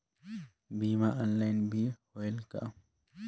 बीमा ऑनलाइन भी होयल का?